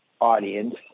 audience